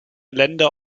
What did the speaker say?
länder